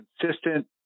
consistent